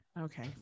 Okay